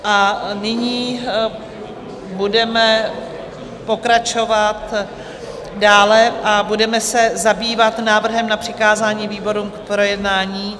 A nyní budeme pokračovat dále a budeme se zabývat návrhem na přikázání výborům k projednání.